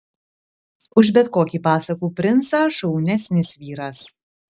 už bet kokį pasakų princą šaunesnis vyras